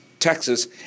Texas